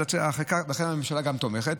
לכן הממשלה תומכת.